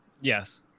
Yes